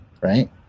right